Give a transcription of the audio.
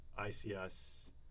ICS